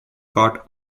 caught